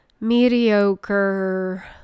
mediocre